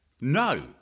No